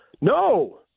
No